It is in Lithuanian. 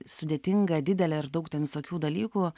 sudėtinga didelė ir daug ten visokių dalykų